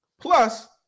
Plus